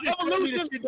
evolution